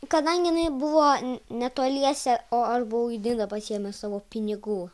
kadangi jinai buvo netoliese o aš buvau į nidą pasiėmęs savo pinigų